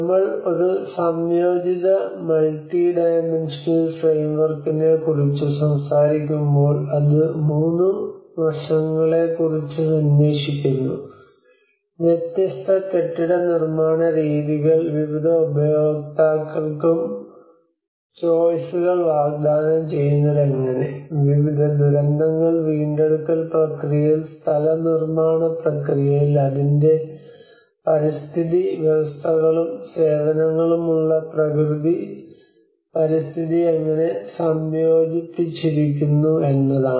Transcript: നമ്മൾ ഒരു സംയോജിത മൾട്ടി ഡൈമൻഷണൽ ഫ്രെയിംവർക്കിനെക്കുറിച്ച് വാഗ്ദാനം ചെയ്തതെങ്ങനെ വിവിധ ദുരന്ത വീണ്ടെടുക്കൽ പ്രക്രിയയിൽ സ്ഥല നിർമ്മാണ പ്രക്രിയയിൽ അതിന്റെ പരിസ്ഥിതി വ്യവസ്ഥകളും സേവനങ്ങളുമുള്ള പ്രകൃതി പരിസ്ഥിതി എങ്ങനെ സംയോജിപ്പിച്ചിരിക്കുന്നു എന്നതാണ്